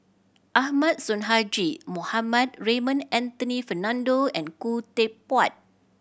Ahmad Sonhadji Mohamad Raymond Anthony Fernando and Khoo Teck Puat